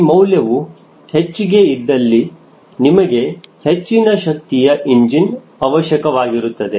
ಈ ಮೌಲ್ಯವು ಹೆಚ್ಚಿಗೆ ಇದ್ದಲ್ಲಿ ನಿಮಗೆ ಹೆಚ್ಚಿನ ಶಕ್ತಿಯ ಇಂಜಿನ್ ಅವಶ್ಯಕವಾಗಿರುತ್ತದೆ